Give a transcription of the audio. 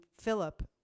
Philip